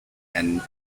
and